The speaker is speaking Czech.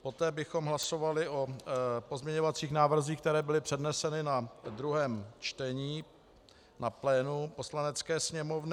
Poté bychom hlasovali o pozměňovacích návrzích, které byly předneseny na druhém čtení na plénu Poslanecké sněmovny.